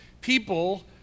people